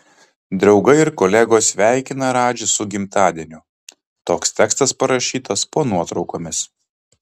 draugai ir kolegos sveikina radžį su gimtadieniu toks tekstas parašytas po nuotraukomis